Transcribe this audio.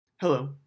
Hello